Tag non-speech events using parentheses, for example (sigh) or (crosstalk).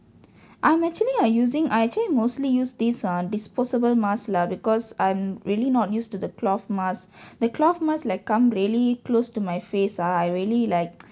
I'm actually ah using I actually mostly use these ah disposable mask lah because I'm really not used to the cloth mask the cloth mask like come really close to my face ah I really like (noise)